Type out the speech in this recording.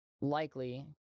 likely